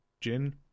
Jin